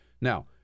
Now